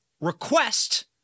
request